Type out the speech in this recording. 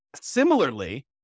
Similarly